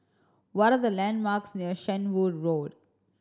what are the landmarks near Shenvood Road